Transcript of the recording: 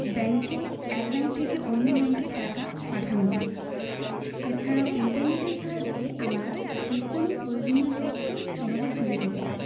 ব্যাঙ্কে এক ব্যাঙ্ক থেকে অন্য ব্যাঙ্কে টাকা পাঠানো যায় এছাড়াও ইন্টারনেটের সাহায্যে আমরা যে কোনো প্রয়োজনীয় তথ্য সহজে খুঁজে পেতে পারি